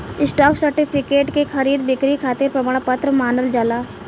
stock certificate के खरीद बिक्री खातिर प्रमाण पत्र मानल जाला